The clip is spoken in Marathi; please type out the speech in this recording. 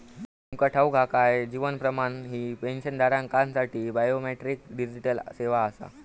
तुमका ठाऊक हा काय? जीवन प्रमाण ही पेन्शनधारकांसाठी बायोमेट्रिक डिजिटल सेवा आसा